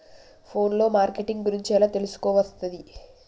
Phone లో marketing గురించి ఎలా తెలుసుకోవస్తది?